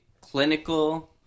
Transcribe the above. clinical